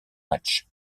match